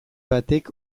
batek